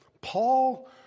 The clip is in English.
Paul